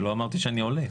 לא אמרתי שאני עולה.